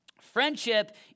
friendship